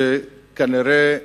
שכנראה,